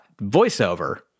voiceover